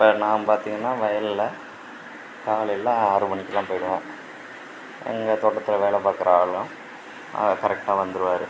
இப்போ நான் பார்த்திங்கனா வயலில் காலையில் ஆறு மணிக்கெலாம் போய்விடுவேன் எங்கள் தோட்டத்தில் வேலை பார்க்கற ஆளும் கரெட்டாக வந்துடுவாரு